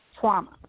trauma